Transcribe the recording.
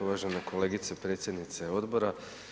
Uvažena kolegice predsjednice odbora.